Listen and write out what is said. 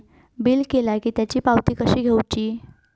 Bill केला की त्याची पावती कशी घेऊची?